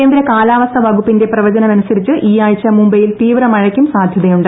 കേന്ദ്ര കാലാവസ്ഥാ വകുപ്പിന്റെ പ്രവചനമനുസരിച്ച ഈയാഴ്ച മുംബൈ യിൽ തീവ്ര മഴയ്ക്കും സാധ്യതയുണ്ട്